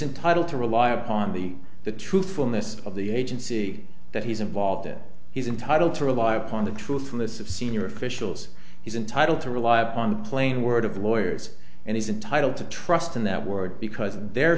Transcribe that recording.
entitled to rely upon the the truthfulness of the agency that he's involved in he's entitled to rely upon the truthfulness of senior officials he's entitled to rely upon the plain word of lawyers and he's entitled to trust in that word because they're